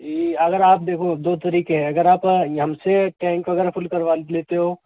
जी अगर आप देखो दो तरीके हैं अगर आप हमसे टैंक अगर फूल करवा लेते हो